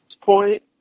point